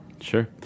Sure